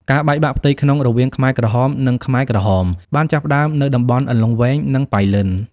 ការបែកបាក់ផ្ទៃក្នុងរវាងខ្មែរក្រហម និងខ្មែរក្រហម បានចាប់ផ្តើមនៅតំបន់អន្លង់វែង និងប៉ៃលិន។